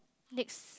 next